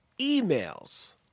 emails